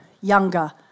younger